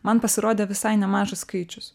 man pasirodė visai nemažas skaičius